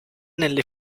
nelle